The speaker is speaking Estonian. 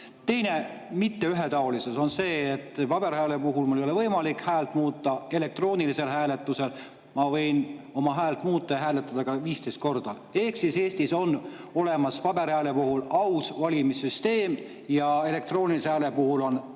jalas. Teine mitteühetaolisus on see, et paberhääle puhul ei ole mul võimalik häält muuta, elektroonilisel hääletusel ma võin oma häält muuta ja hääletada ka 15 korda. Ehk Eestis on paberhääle puhul olemas aus valimissüsteem ja elektroonilise hääle puhul on suur